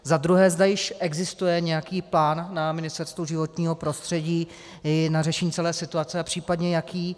Zadruhé zda již existuje nějaký plán na Ministerstvu životního prostředí na řešení celé situace, a případně jaký.